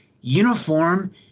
uniform